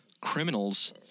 criminals